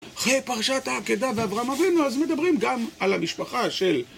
אחרי פרשת העקדה ואברהם אבינו אז מדברים גם על המשפחה של